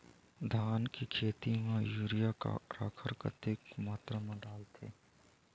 धान के खेती म यूरिया राखर कतेक मात्रा म डलथे?